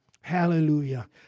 Hallelujah